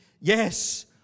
yes